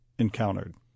encountered